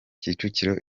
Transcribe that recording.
kicukiro